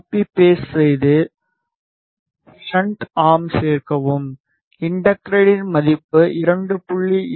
copy paste செய்து shunt ஆர்மை சேர்க்கவும் இண்டக்டரின் மதிப்பு 2